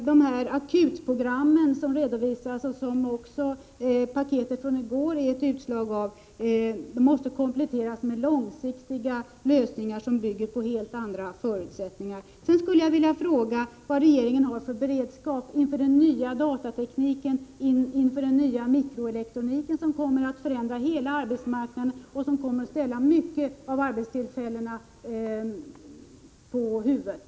De akutprogram som redovisas och som också paketet från i går är ett utslag av måste kompletteras med långsiktiga lösningar som bygger på helt andra förutsättningar. Sedan skulle jag vilja fråga vad regeringen har för beredskap inför den nya datatekniken och den nya mikroelektroniken, som kommer att förändra hela arbetsmarknaden och ställa mycket av arbetstillfällena på huvudet.